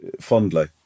fondly